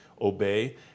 obey